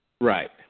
Right